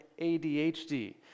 ADHD